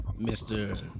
Mr